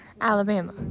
Alabama